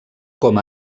com